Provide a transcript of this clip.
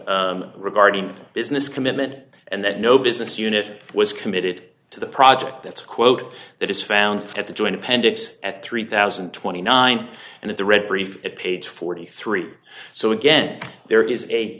regarding business commitment and that no business unit was committed to the project that's a quote that is found at the joint appendix at three thousand and twenty nine and at the read brief at page forty three so again there is a